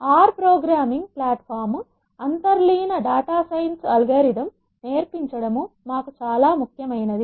are programming platform అంతర్లీన data science అల్గోరిథంనేర్పించడం మాకు చాలా ముఖ్యమైనది